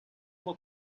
for